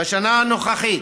בשנה הנוכחית,